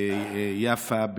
ביפו,